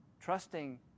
trusting